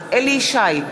אינה נוכחת אליהו ישי,